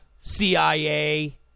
CIA